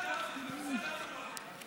ומצד המנוח,